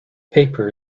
paper